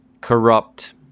corrupt